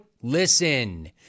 listen